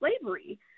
slavery